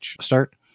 start